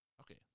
Okay